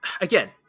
again